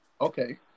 Okay